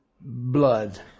blood